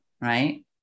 right